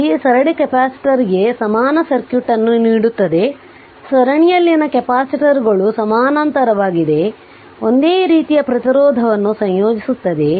ಇಲ್ಲಿ ಸರಣಿ ಕೆಪಾಸಿಟರ್ಗೆ ಸಮಾನ ಸರ್ಕ್ಯೂಟ್ ಅನ್ನು ನೀಡುತ್ತದೆ ಸರಣಿಯಲ್ಲಿನ ಕೆಪಾಸಿಟರ್ಗಳು ಸಮಾನಾಂತರವಾಗಿ ಒಂದೇ ರೀತಿಯ ಪ್ರತಿರೋಧವನ್ನು ಸಂಯೋಜಿಸುತ್ತವೆ